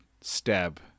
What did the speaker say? stab